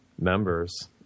members